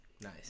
Nice